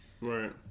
Right